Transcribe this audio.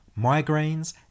migraines